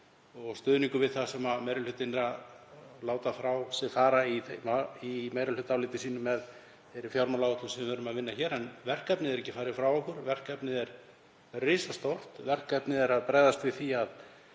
og stuðningur við það sem meiri hlutinn lætur frá sér fara í meirihlutaáliti sínu með þeirri fjármálaáætlun sem við erum að vinna hér. En verkefnið er ekki farið frá okkur. Verkefnið er risastórt. Verkefnið er að bregðast við því að